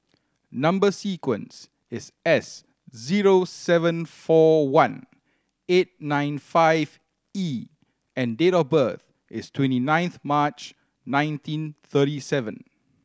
number sequence is S zero seven four one eight nine five E and date of birth is twenty ninth March nineteen thirty seven